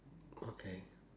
okay